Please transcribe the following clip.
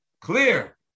clear